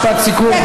משפט סיכום,